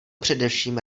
především